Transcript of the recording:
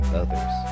others